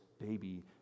baby